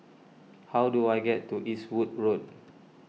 how do I get to Eastwood Road